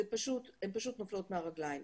הן פשוט נופלות מהרגליים.